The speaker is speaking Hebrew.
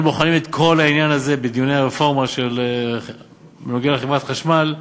אנו בוחנים את כל העניין הזה בדיוני הרפורמה בנוגע לחברת החשמל.